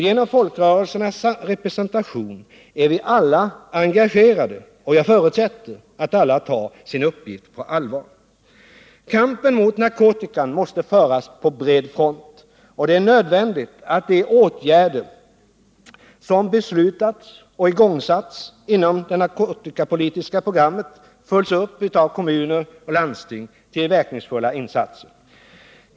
Genom folkrörelsernas representation är vi alla engagerade, och jag förutsätter att alla tar sin uppgift på allvar. Kampen mot narkotikan måste föras på bred front. Det är nödvändigt att de åtgärder som beslutats och igångsatts inom det narkotikapolitiska programmet följs upp av kommuner och landsting till verkningsfulla insatser.